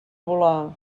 volar